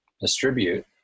distribute